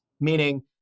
meaning